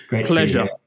Pleasure